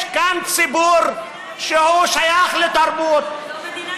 יש כאן ציבור ששייך לתרבות, זו מדינה יהודית.